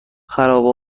خرابه